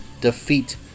defeat